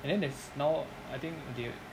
and then there's now I think they